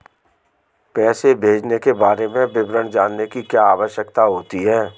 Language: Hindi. पैसे भेजने के बारे में विवरण जानने की क्या आवश्यकता होती है?